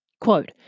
Quote